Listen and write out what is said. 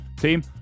Team